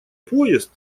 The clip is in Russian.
поезд